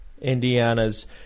Indiana's